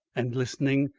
and listening,